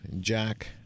Jack